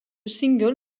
single